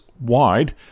wide